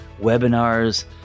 webinars